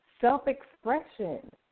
self-expression